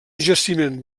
jaciment